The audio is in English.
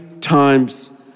times